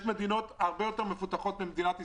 יש מדינות מפותחות הרבה יותר ממדינת ישראל,